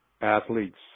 athletes